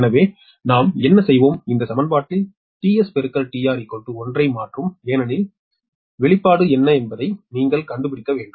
எனவே நாம் என்ன செய்வோம் இந்த சமன்பாட்டில் 𝒕𝑺 𝒕𝑹 𝟏 ஐ மாற்றும் ஏனெனில் for க்கான வெளிப்பாடு என்ன என்பதை நீங்கள் கண்டுபிடிக்க வேண்டும்